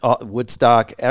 Woodstock